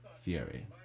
Fury